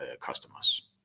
customers